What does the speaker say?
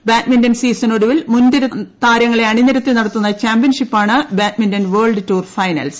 badminton സീസനൊടുവിൽ മുൻനിര താരങ്ങളെ അണിനിരത്തുടൂർ നട്ടത്തുന്ന ചാമ്പ്യൻഷിപ്പാണ് ബാഡ്മിന്റൺ വേൾഡ് ടൂർ ഫ്ലൈൻസ്